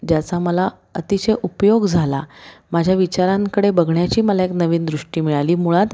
ज्याचा मला अतिशय उपयोग झाला माझ्या विचारांकडे बघण्याची मला एक नवीन दृष्टी मिळाली मुळात